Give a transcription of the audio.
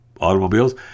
automobiles